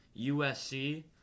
USC